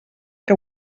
que